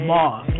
Moss